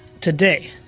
Today